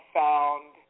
found